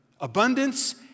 abundance